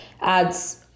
adds